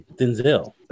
Denzel